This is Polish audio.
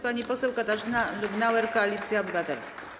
Pani poseł Katarzyna Lubnauer, Koalicja Obywatelska.